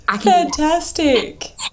fantastic